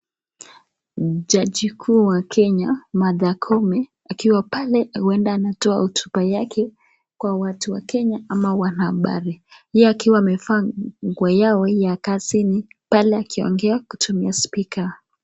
Jaji mkuu wa kenya Martha koome akiwa pale huenda anatoa hotuba yake kwa watu wa kenya ama wanahabari yeye akiwa amevaa nguo yao ya kazini pale akiongea akitumia spika.